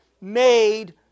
made